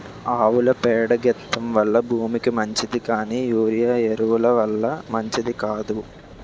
ఆవుల పేడ గెత్తెం వల్ల భూమికి మంచిది కానీ యూరియా ఎరువు ల వల్ల మంచిది కాదు